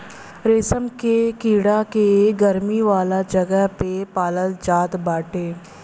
रेशम के कीड़ा के गरमी वाला जगह पे पालाल जात बाटे